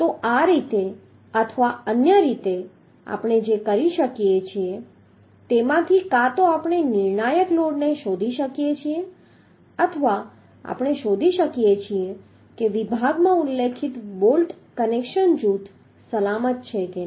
તો આ રીતે અથવા અન્ય રીતે આપણે જે રીતે કરી શકીએ તેમાંથી કાં તો આપણે નિર્ણાયક લોડને શોધી શકીએ છીએ અથવા આપણે શોધી શકીએ છીએ કે વિભાગમાં ઉલ્લેખિત બોલ્ટ કનેક્શન જૂથ સલામત છે કે નહીં